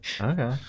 Okay